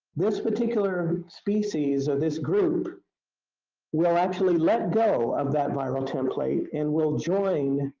this particular species of this group will actually let go of that viral template and will join